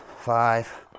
five